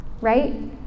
right